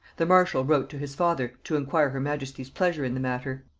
the marshal wrote to his father to inquire her majesty's pleasure in the matter.